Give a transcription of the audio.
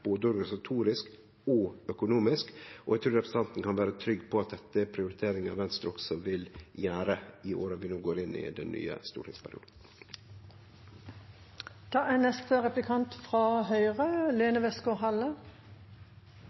både organisatorisk og økonomisk, og eg trur representanten kan vere trygg på at dette er prioriteringar Venstre også vil gjere i åra vi no går inn i i den nye stortingsperioden. Venstre er